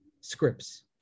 scripts